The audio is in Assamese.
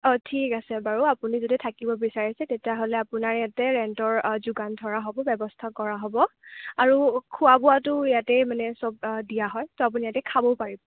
অঁ ঠিক আছে বাৰু আপুনি যদি থাকিব বিচাৰিছে তেতিয়াহ'লে আপোনাৰ ইয়াতে ৰেণ্টৰ যোগান ধৰা হ'ব ব্যৱস্থা কৰা হ'ব আৰু খোৱা বোৱাতো ইয়াতেই মানে চব দিয়া হয় ত' আপুনি ইয়াতে খাবও পাৰিব